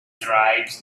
tribes